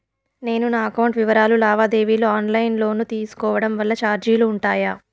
నేను నా అకౌంట్ వివరాలు లావాదేవీలు ఆన్ లైను లో తీసుకోవడం వల్ల చార్జీలు ఉంటాయా?